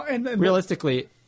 realistically-